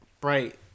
bright